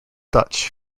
dutch